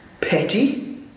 petty